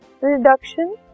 reduction